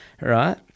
right